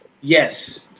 Yes